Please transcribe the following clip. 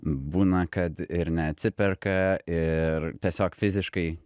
būna kad ir neatsiperka ir tiesiog fiziškai